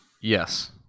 yes